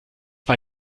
bei